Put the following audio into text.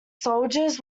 soldiers